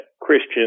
Christian